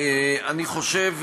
אני חושב,